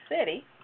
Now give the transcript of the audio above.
city